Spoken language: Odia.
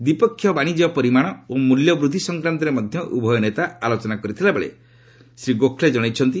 ଦ୍ୱିପକ୍ଷିୟ ବାଣିଜ୍ୟ ପରିମାଣ ଓ ମୂଲ୍ୟ ବୃଦ୍ଧି ସଂକ୍ରାନ୍ତରେ ମଧ୍ୟ ଉଭୟ ନେତା ଆଲୋଚନା କରିଥିବା ଶ୍ରୀ ଗୋଖଲେ ଜଣେଇଛନ୍ତି